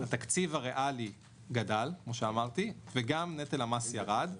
התקציב הריאלי גדל כמו שאמרתי, וגם נטל המס ירד.